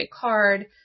card